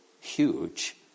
huge